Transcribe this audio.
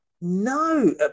no